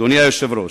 אדוני היושב-ראש,